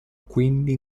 quindi